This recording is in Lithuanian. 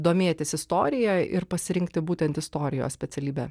domėtis istorija ir pasirinkti būtent istorijos specialybę